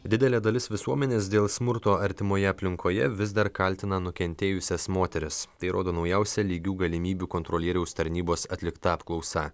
didelė dalis visuomenės dėl smurto artimoje aplinkoje vis dar kaltina nukentėjusias moteris tai rodo naujausia lygių galimybių kontrolieriaus tarnybos atlikta apklausa